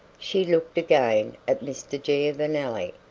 she looked again at mr. giovanelli,